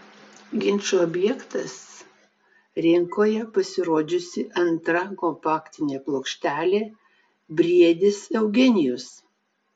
ginčo objektas rinkoje pasirodžiusi antra kompaktinė plokštelė briedis eugenijus